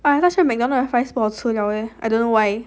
现在 Macdonald 的 fries 不好吃 liao leh I don't know why